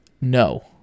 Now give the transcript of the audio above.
No